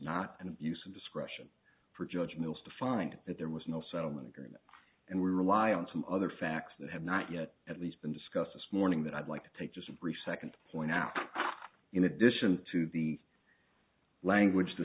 not an abuse of discretion for judge mills to find that there was no settlement agreement and we rely on some other facts that have not yet at least been discussed morning that i'd like to take just a brief second point out in addition to the language the